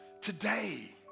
Today